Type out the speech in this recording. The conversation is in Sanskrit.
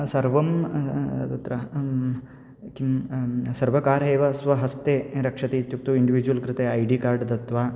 सर्वं तत्र किं सर्वकारे एव स्वहस्ते रक्षति इत्युक्तौ इन्डिविज्वल् कृते ऐ डि कार्ड् दत्वा